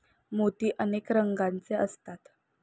मोती अनेक रंगांचे असतात